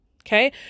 Okay